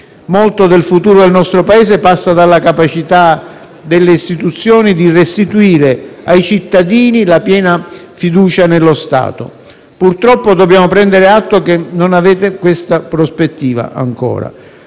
Molto del futuro del nostro Paese passa dalla capacità delle istituzioni di restituire ai cittadini la piena fiducia nello Stato. Purtroppo dobbiamo prendere atto che non avete ancora questa prospettiva.